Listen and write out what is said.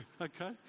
Okay